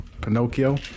Pinocchio